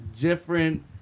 different